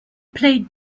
played